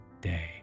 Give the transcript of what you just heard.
day